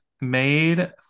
made